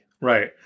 Right